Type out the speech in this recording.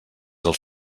els